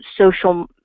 social